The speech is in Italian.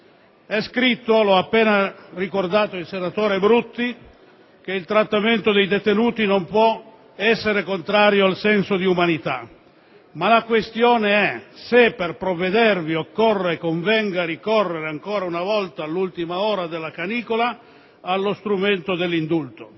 È scritto, lo ha appena ricordato il senatore Brutti, che il trattamento dei detenuti non può essere contrario al senso di umanità. Ma la questione è se per provvedervi occorra e convenga ricorrere ancora una volta, all'ultima ora della canicola, allo strumento dell'indulto.